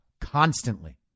constantly